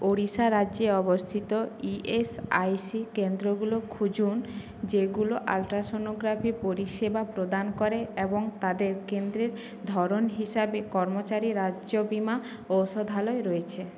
ওড়িশা রাজ্যে অবস্থিত ইএসআইসি কেন্দ্রগুলো খুঁজুন যেগুলো আলট্রাসোনোগ্রাফি পরিষেবা প্রদান করে এবং তাদের কেন্দ্রের ধরণ হিসাবে কর্মচারী রাজ্য বিমা ঔষধালয় রয়েছে